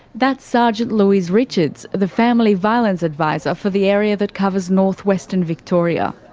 that's sergeant louise richards, the family violence advisor for the area that covers north western victoria.